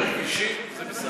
כבישים זה משרד התחבורה.